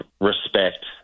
respect